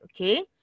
okay